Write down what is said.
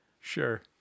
sure